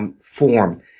form